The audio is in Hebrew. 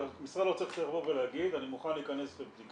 משרד האוצר צריך לבוא ולהגיד אני מוכן להיכנס לבדיקה,